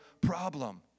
problem